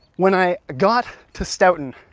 when i got to stoughton.